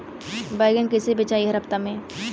बैगन कईसे बेचाई हर हफ्ता में?